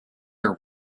are